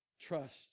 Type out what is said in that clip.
trust